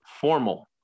formal